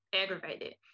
Aggravated